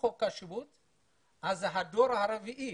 הדור הרביעי